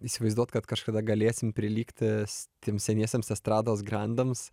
įsivaizduot kad kažkada galėsim prilygti tiem seniesiems estrados grandams